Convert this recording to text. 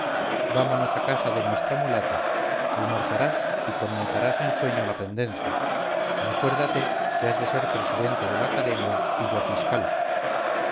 vámonos a casa de nuestra mulata almorzarás y conmutarás en sueño la pendencia y acuérdate que has de ser presidente de la academia y